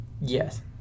Yes